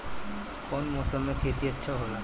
कौन मौसम मे खेती अच्छा होला?